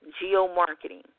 geo-marketing